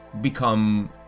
become